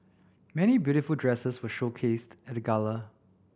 many beautiful dresses were showcased at the gala